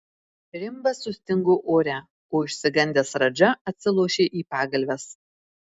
rimbas sustingo ore o išsigandęs radža atsilošė į pagalves